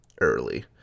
early